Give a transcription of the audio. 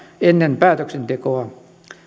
ennen päätöksentekoa